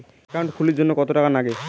Account খুলির জন্যে কত টাকা নাগে?